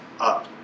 up